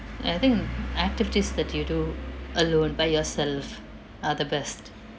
and I think activities that you do alone by yourself are the best